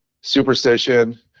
superstition